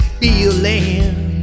feeling